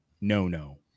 no-no